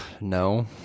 no